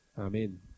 Amen